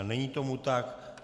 Není tomu tak.